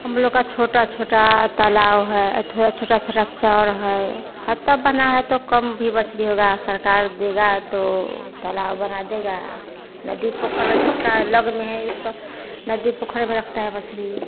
हम लोग का छोटा छोटा तालाब है और थोड़ा छोटा छोटा चौड है ह तब बना है तो कम भी मछ्ली होगा सरकार देगा तो तालाब बना देगा नदी पोखरा इसका अलग में है इसका नदी पोखरे में रखता है मछली